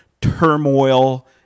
Turmoil